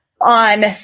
on